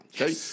Okay